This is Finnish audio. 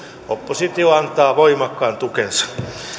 oppositio antaa voimakkaan tukensa